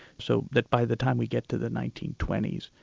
so that by the time we get to the nineteen twenty s,